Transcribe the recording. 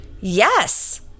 yes